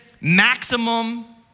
maximum